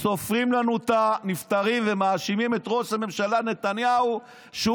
סופרים לנו את הנפטרים ומאשימים את ראש הממשלה נתניהו שהוא